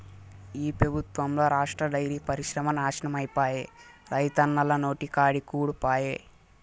ఈ పెబుత్వంల రాష్ట్ర డైరీ పరిశ్రమ నాశనమైపాయే, రైతన్నల నోటికాడి కూడు పాయె